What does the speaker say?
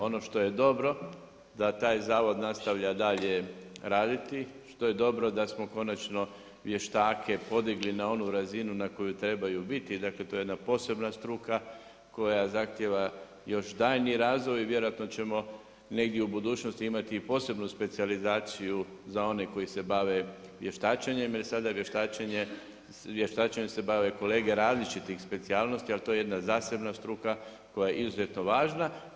Ono što je dobro da taj zavod nastavlja dalje raditi, što je dobro da smo konačno vještake podigli na onu razinu na koju trebaju biti, dakle to je jedna posebna struka koja zahtijeva još daljnji razvoj i vjerojatno ćemo negdje u budućnosti imati posebnu specijalizaciju za one koji se bave vještačenjem jer sada se vještačenjem bave kolege različitih specijalnosti, ali to je jedna zasebna struka koja je izuzetno važna.